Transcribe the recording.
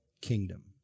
kingdom